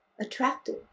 attractive